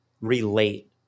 relate